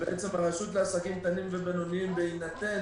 והרשות לעסקים קטנים ובינוניים, בהינתן